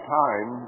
time